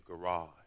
garage